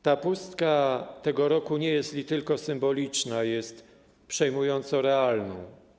Ta pustka tego roku nie jest li tylko symboliczna, jest przejmująco realna.